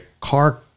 car